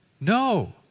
No